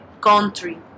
country